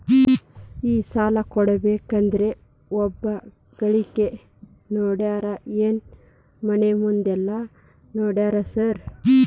ಈ ಸಾಲ ಕೊಡ್ಬೇಕಂದ್ರೆ ಒಬ್ರದ ಗಳಿಕೆ ನೋಡ್ತೇರಾ ಏನ್ ಮನೆ ಮಂದಿದೆಲ್ಲ ನೋಡ್ತೇರಾ ಸಾರ್?